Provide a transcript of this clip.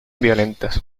violentas